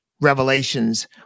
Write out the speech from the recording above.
revelations